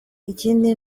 ikindi